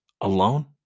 alone